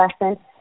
lesson